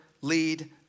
lead